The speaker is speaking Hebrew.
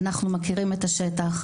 אנחנו מכירים את השטח,